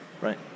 Right